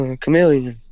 chameleon